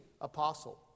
apostle